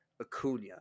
Acuna